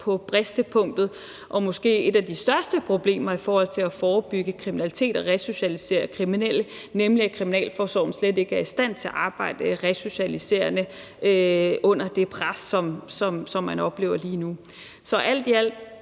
på bristepunktet, og hvor måske et af de største problemer i forhold til at forebygge kriminalitet og resocialisere kriminelle nemlig er, at kriminalforsorgen slet ikke er i stand til at arbejde resocialiserende under det pres, som man oplever lige nu. Så alt i alt